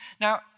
Now